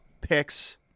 picks